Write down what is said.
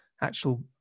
actual